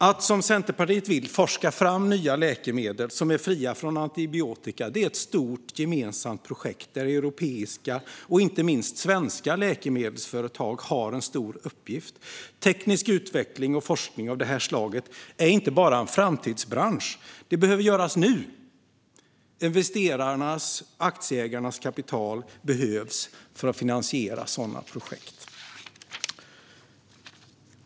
Att, som Centerpartiet vill, forska fram nya läkemedel som är fria från antibiotika är ett stort gemensamt projekt där europeiska och inte minst svenska läkemedelsföretag har en stor uppgift. Teknisk utveckling och forskning av detta slag är inte bara en framtidsbransch: Det behöver göras nu! Investerarnas - aktieägarnas - kapital behövs för att finansiera ett sådant projekt.